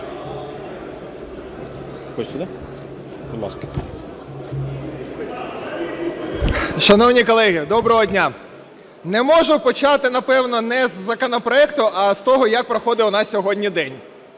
Шановні колеги, доброго дня! Не можу не почати, напевно, не із законопроекту, а з того, як проходив у нас сьогодні день.